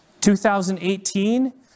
2018